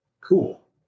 Cool